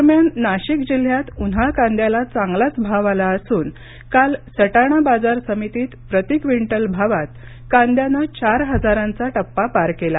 दरम्यान नाशिक जिल्ह्यात उन्हाळ कांद्याला चांगलाच भाव आला असून काल सटाणा बाजार समितीत प्रती क्विंटल भावात कांद्याने चार हजारांचा टप्पा पार केला